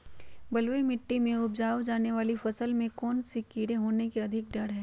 बलुई मिट्टी में उपजाय जाने वाली फसल में कौन कौन से कीड़े होने के अधिक डर हैं?